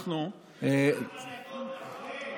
אנחנו, ארבע דקות אחרי.